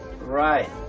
Right